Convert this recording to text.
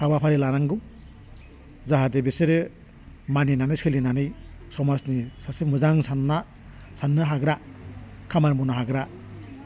हाबाफारि लानांगौ जाहाते बेसोरो मानिनानै सोलिनानै समाजनि सासे मोजां सानना साननो हाग्रा खामानि बुंनो हाग्रा